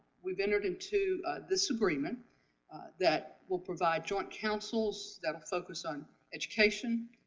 we've entered into this agreement that will provide joint councils that will focus on education,